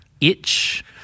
itch